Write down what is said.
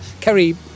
Kerry